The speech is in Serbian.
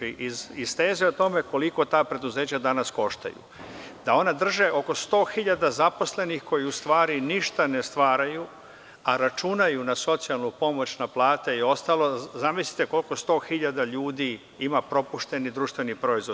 Iz teza o tome koliko ta preduzeća danas koštaju, da ona drže oko 100.000 zaposlenih koji u stvari ništa ne stvaraju, a računaju na socijalnu pomoć, na plate i ostalo, zamislite da oko 100.000 ima propušteni društveni proizvod.